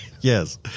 yes